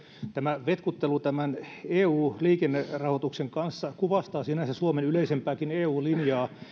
tämä vetkuttelu tämän eu liikennerahoituksen kanssa kuvastaa sinänsä suomen yleisempääkin eu linjaa